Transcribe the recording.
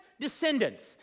descendants